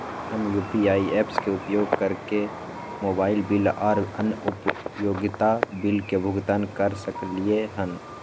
हम UPI apps के उपयोग कैरके मोबाइल बिल आर अन्य उपयोगिता बिल के भुगतान कैर सकलिये हन